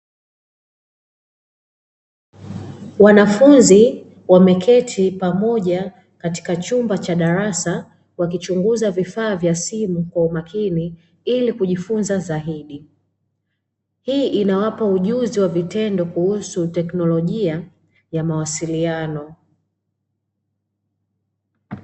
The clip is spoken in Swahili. Wanafunzi wameketi pamoja katika chumba cha darasa, wakichunguza vifaa vya simu kwa umakini, ili kujifunza zaidi. Hii inawapa ujuzi wa vitendo kuhusu teknolojia ya mawasiiliano.